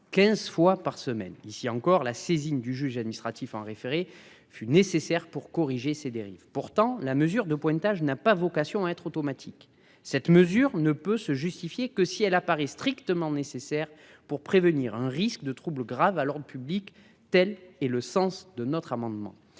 15 fois par semaine. Ici encore, la saisine du juge administratif en référé fut nécessaire pour corriger ces dérives pourtant la mesure de pointage n'a pas vocation à être automatique. Cette mesure ne peut se justifier que si elle apparaît strictement nécessaire pour prévenir un risque de trouble grave à l'ordre public, tel est le sens de notre amendement